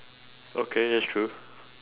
okay that's true